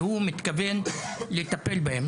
והוא מתכוון לטפל בהם.